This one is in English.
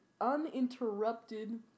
uninterrupted